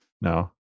no